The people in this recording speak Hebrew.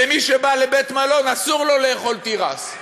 ומי שבא לבית-מלון, אסור לו לאכול תירס?